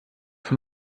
von